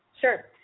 Sure